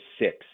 six